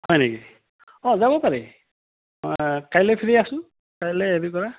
হয় নেকি অঁ যাব পাৰি মই কাইলৈ ফ্ৰী আছোঁ কাইলৈ হেৰি কৰা